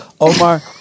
Omar